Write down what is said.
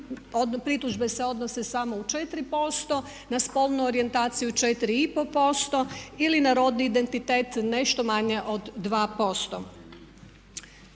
pritužbe se odnose samo u 4%, na spolnu orijentaciju 4,5% ili na rodni identitet nešto manje od 2%.